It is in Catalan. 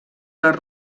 les